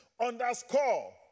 underscore